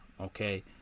okay